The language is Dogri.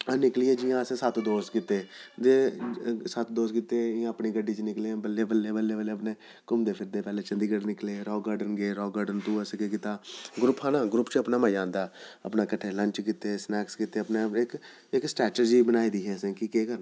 अस निकली गे जियां असें सत्त दोस्त कीते ते सत्त दोस्त ते इ'यां अपनी गड्डी च निकले बल्लें बल्लें बल्लें बल्लें अपने घूमदे फिरदे पैह्लें चंडीगढ़ निकले राक गार्डन राक गार्डन तों असें केह् कीता ग्रुप हा ना ग्रुप च अपना मजा आंदा अपने कट्ठे लंच कीते स्नैक्स कीते अपने आप इक स्टैट्रजी बनाई दी ही असें कि केह् करना